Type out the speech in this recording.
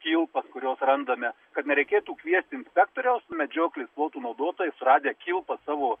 kilpas kurios randame kad nereikėtų kviesti inspektoriaus medžioklės plotų naudotojai suradę kilpą savo